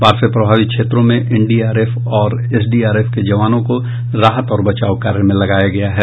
बाढ़ से प्रभावित क्षेत्रों में एनडीआरएफ और एसडीआरएफ के जवानों को राहत और बचाव कार्य में लगाया गया है